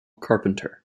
carpenter